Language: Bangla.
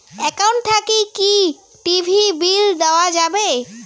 একাউন্ট থাকি কি টি.ভি বিল দেওয়া যাবে?